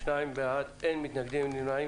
שתים בעד, אין נמנעים.